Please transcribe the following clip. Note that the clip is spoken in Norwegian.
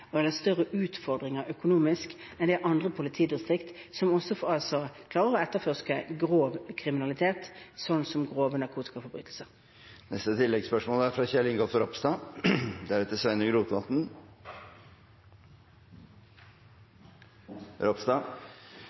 andre eller større økonomiske utfordringer enn andre politidistrikter som klarer å etterforske grov kriminalitet, som grove narkotikaforbrytelser. Kjell Ingolf Ropstad